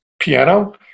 piano